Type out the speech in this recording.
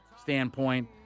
standpoint